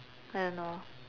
I don't know